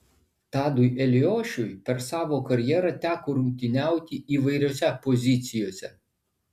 tadui eliošiui per savo karjerą teko rungtyniauti įvairiose pozicijose